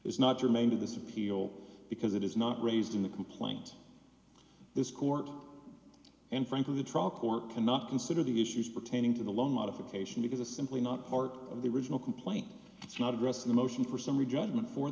is not germane to this appeal because it is not raised in the complaint this court and frankly the trial court cannot consider the issues pertaining to the loan modification because it's simply not part of the original complaint not address the motion for summary judgment for